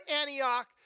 Antioch